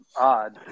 odd